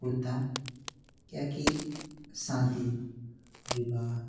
कुर्ता कियाकि शादी विवाह